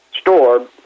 store